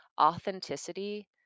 Authenticity